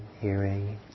hearing